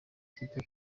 kipe